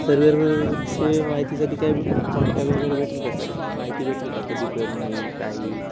surveyor चे माहितीसाठी काय कॉन्टॅक वगैरे भेटेल का सर माहिती भेटेल का कधी पर्यंत येईल काय येईल